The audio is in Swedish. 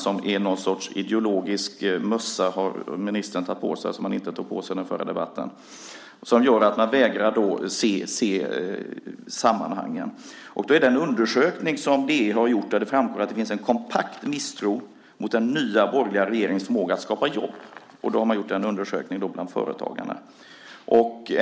Det finns en sorts ideologisk mössa, som ministern har tagit på sig men som han inte tog på sig vid den förra debatten, som gör att han vägrar se sammanhangen. DI har gjort en undersökning där det framkommer att det finns en kompakt misstro mot den nya borgerliga regeringens förmåga att skapa jobb. Då har man gjort en undersökning bland företagarna.